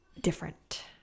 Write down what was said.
different